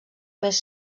més